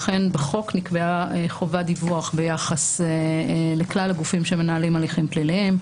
לכן נקבעה בחוק חובת דיווח ביחס לכלל הגופים שמנהלים הליכים פליליים,